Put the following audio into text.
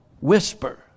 whisper